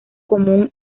común